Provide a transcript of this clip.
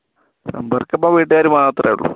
സമ്പർക്കം ഇപ്പോൾ വീട്ടുകാര് മാത്രമേ ഉള്ളൂ